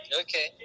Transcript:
Okay